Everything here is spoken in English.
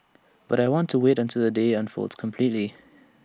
but I want to wait until the day unfolds completely